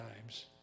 times